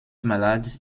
malade